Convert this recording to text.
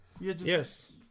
Yes